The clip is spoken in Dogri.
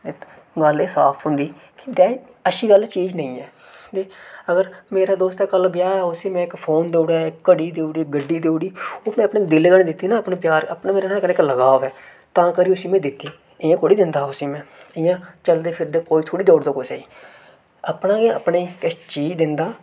गल्ल एह् साफ होंदी कि दाज अच्छी गल्ल चीज निं ऐ ते अगर मेरा दोस्त ऐ कल्ल ब्याह ऐ उसी में इक फोन देई ओड़ेआ इक घड़ी देई ओड़ी गड्डी देई ओड़ी ओह् में अपने दिले कन्नै दित्ती ना अपने प्यार अपना मेरा नुहाड़े कन्नै लगाव ऐ तां करी उसी में दित्ती इ'यां थोह्ड़े दिंदा हा उसी में इ'यां चलदे फिरदे कोई थोह्ड़े देई ओड़दा कुसै गी अपना गै अपने गी किश चीज दिंदा